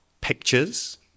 pictures